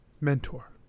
mentor